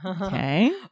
Okay